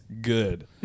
good